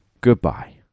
Goodbye